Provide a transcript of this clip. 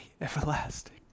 everlasting